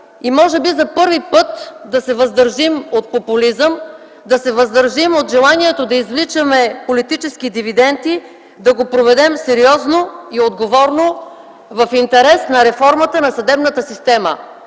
Може би за първи път да се въздържим от популизъм, да се въздържим от желанието да извличаме политически дивиденти, да го проведем сериозно и отговорно в интерес на реформата на съдебната система.